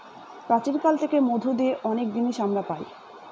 প্রাচীন কাল থেকে মধু দিয়ে অনেক জিনিস আমরা পায়